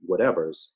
whatevers